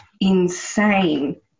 insane